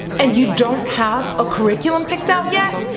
and you don't have a curriculum picked out yet?